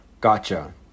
gotcha